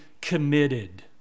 committed